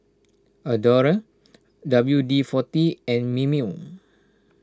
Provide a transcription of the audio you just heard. Adore W D forty and Mimeo